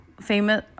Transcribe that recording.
Famous